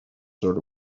sort